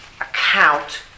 account